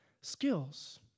skills